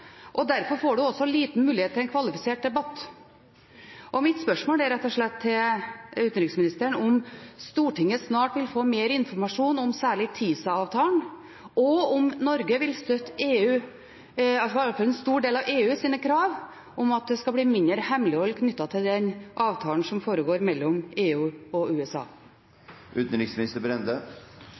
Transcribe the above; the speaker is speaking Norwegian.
og derfor får man også liten mulighet til en kvalifisert debatt. Mitt spørsmål til utenriksministeren er rett og slett om Stortinget snart vil få mer informasjon om særlig TISA-avtalen, og om Norge vil støtte en stor del av EU-landenes krav om at det skal bli mindre hemmelighold knyttet til den avtalen som forhandles om mellom EU og